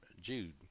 Jude